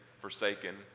forsaken